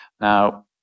now